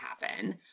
happen